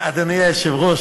אדוני היושב-ראש,